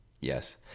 yes